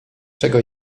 czego